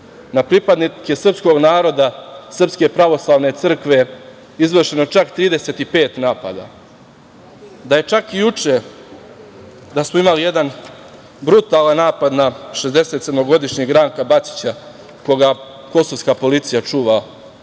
na pripadnike srpskog naroda, Srpske pravoslavne crkve izvršeno čak 35 napada? Da je čak i juče, da smo imali jedan brutalan napad na 67 Ranka Bacića, koga kosovska policija čuva